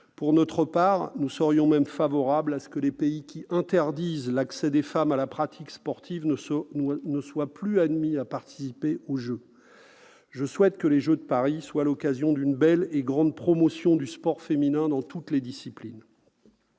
Pour notre part, nous serions même favorables à ce que les pays qui interdisent l'accès des femmes à la pratique sportive ne soient plus admis à participer aux jeux. Je souhaite que les Jeux de Paris soient l'occasion d'une belle et grande promotion du sport féminin dans toutes les disciplines.